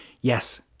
Yes